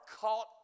caught